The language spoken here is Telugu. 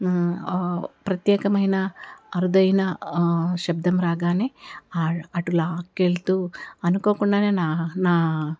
ప్రత్యేకమైన అరుదైన శబ్దం బాగానే అడు అటు లాక్కెళ్తూ అనుకోకుండానే నా నా